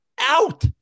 out